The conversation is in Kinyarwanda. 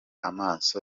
amaso